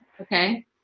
Okay